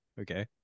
okay